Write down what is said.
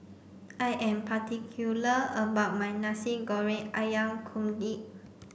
I am particular about my Nasi Goreng Ayam Kunyit